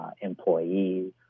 employees